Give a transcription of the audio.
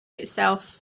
itself